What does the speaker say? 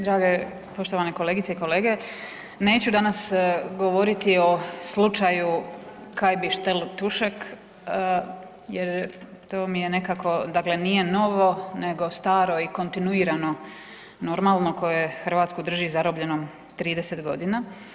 Drage poštovane kolegice i kolege, neću danas govoriti o slučaju kaj bi štel Tušek jer to mi je nekako dakle nije novo nego staro i kontinuirano normalno koje Hrvatsku drži zarobljenom 30 godina.